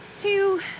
two